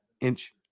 inch